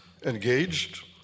Engaged